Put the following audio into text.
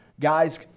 guys